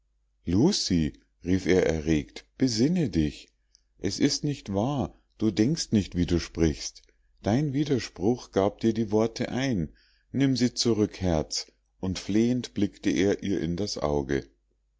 rief er erregt besinne dich es ist nicht wahr du denkst nicht wie du sprichst dein widerspruch gab dir die worte ein nimm sie zurück herz und flehend blickte er ihr in das auge